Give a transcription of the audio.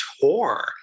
tour